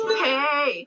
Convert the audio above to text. hey